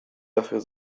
dafür